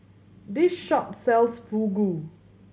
this shop sells Fugu